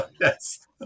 Yes